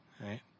Right